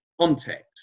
context